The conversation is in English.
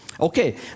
Okay